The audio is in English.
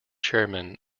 chairman